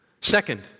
Second